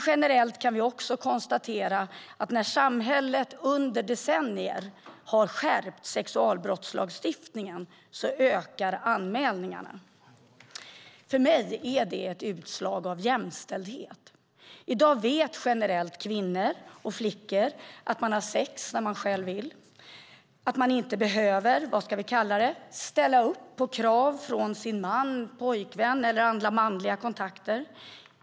Generellt kan vi dock också konstatera att när samhället under decennier har skärpt sexualbrottslagstiftningen ökar anmälningarna. För mig är det ett utslag av jämställdhet. I dag vet generellt kvinnor och flickor att man har sex när man själv vill och att man inte behöver, vad ska vi kalla det, ställa upp på krav från sin man, pojkvän, eller andra manliga kontakter.